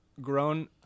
grown